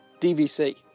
DVC